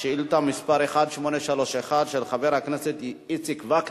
שאילתא מס' 1831, של חבר הכנסת איציק וקנין,